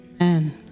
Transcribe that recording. Amen